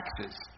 Texas